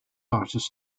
artist